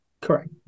Correct